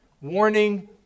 warning